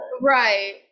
Right